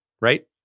right